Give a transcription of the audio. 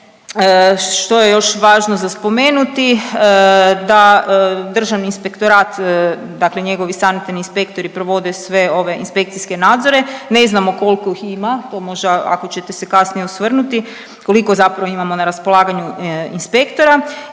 što je još važno za spomenuti, da Državni inspektorat, dakle njegovi sanitarni inspektori provode sve ove inspekcijske nadzore, ne znamo koliko ih ima, to možda ako ćete se kasnije osvrnuti, koliko zapravo imamo na raspolaganju inspektora